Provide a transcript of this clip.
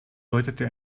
deutete